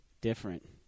different